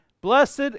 Blessed